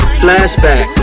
flashback